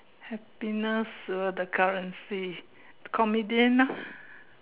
happiness uh the currency comedian ah